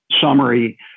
summary